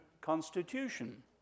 Constitution